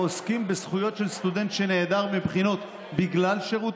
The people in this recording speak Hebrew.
ועוסקים בזכויות של סטודנט שנעדר מבחינות בגלל שירות